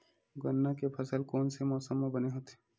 गन्ना के फसल कोन से मौसम म बने होथे?